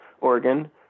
Oregon